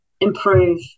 improve